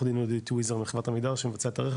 דין אודי טוויזר מחברת עמידר שמבצע את הרכש,